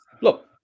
look